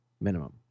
minimum